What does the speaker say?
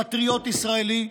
פטריוט ישראלי,